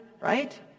Right